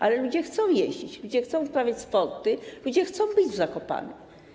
Ale ludzie chcą jeździć, ludzie chcą uprawiać sporty, ludzie chcą być w Zakopanem.